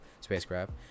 spacecraft